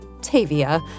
Tavia